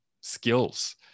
skills